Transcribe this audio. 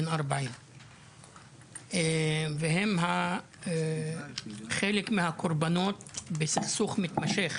בן 40. הם חלק מהקורבנות של סכסוך מתמשך